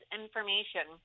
information